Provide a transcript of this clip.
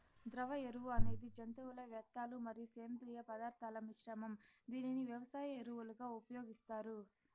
ద్రవ ఎరువు అనేది జంతువుల వ్యర్థాలు మరియు సేంద్రీయ పదార్థాల మిశ్రమం, దీనిని వ్యవసాయ ఎరువులుగా ఉపయోగిస్తారు